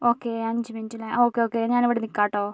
okay അഞ്ച് minute അല്ലേ okay okay ഞാൻ ഇവിടെ നിൽക്കാം കേട്ടോ